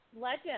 Legend